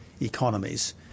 economies